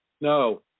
No